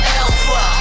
alpha